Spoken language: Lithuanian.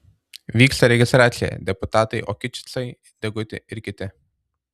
vyksta registracija deputatai okinčicai deguti ir kiti